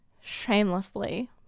Shamelessly